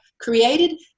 created